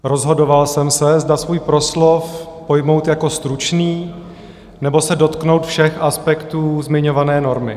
Rozhodoval jsem se, zda svůj proslov pojmout jako stručný, nebo se dotknout všech aspektů zmiňované normy.